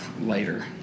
later